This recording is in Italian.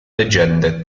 leggende